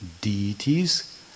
deities